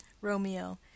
Romeo